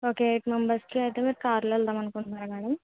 okay eight members అయితే మీరు కారులో వెళదాం అనుకుంటున్నారా మేడం